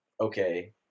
okay